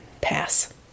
Pass